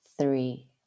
three